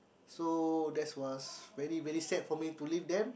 so that was very very sad for me to leave them